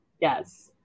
yes